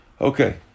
Okay